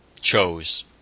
chose